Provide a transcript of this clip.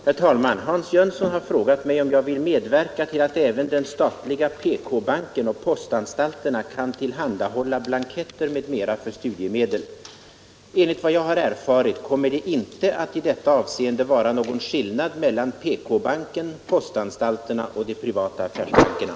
Herr talman! Hans Jönsson har frågat mig om jag vill medverka till att även den statliga PK-banken och postanstalterna kan tillhandahålla blanketter m.m. för studiemedel. Enligt vad jag har erfarit kommer det inte att i detta avseende vara någon skillnad mellan PK-banken, postanstalterna och de privata affärsbankerna.